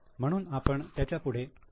म्हणून आपण त्याच्यापुढे 'E' लिहितो आहे